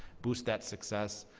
boost that success,